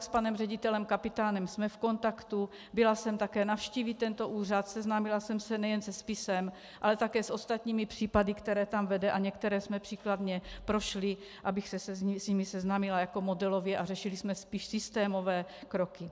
S panem ředitelem Kapitánem jsme v kontaktu, byla jsem také navštívit tento úřad, seznámila jsem se nejen se spisem, ale také s ostatními případy, které tam vede, a některé jsme příkladně prošli, abych se s nimi seznámila modelově, a řešili jsme spíš systémové kroky.